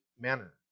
manner